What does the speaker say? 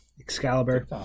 Excalibur